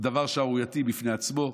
הוא דבר שערורייתי בפני עצמו.